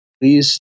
Please